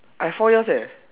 I four years eh